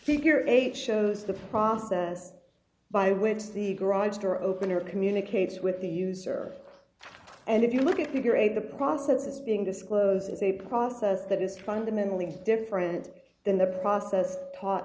figure eight shows the process by which the garage door opener communicates with the user and if you look at your age the process being disclosed is a process that is fundamentally different than the process taught